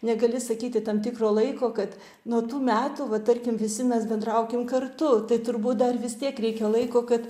negali sakyti tam tikro laiko kad nuo tų metų va tarkim visi mes bendraukim kartu tai turbūt dar vis tiek reikia laiko kad